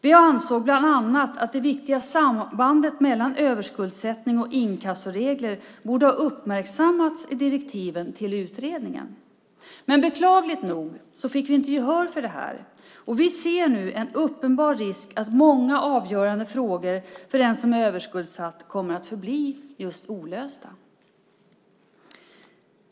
Vi ansåg bland annat att det viktiga sambandet mellan överskuldsättning och inkassoregler borde ha uppmärksammats i direktiven till utredningen. Beklagligt nog fick vi inte gehör för det. Vi ser nu en uppenbar risk för att många för den som är överskuldsatt avgörande frågor kommer att förbli just olösta.